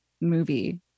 movie